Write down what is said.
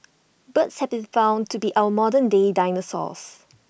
birds have been found to be our modern day dinosaurs